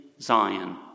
Zion